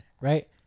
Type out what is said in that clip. right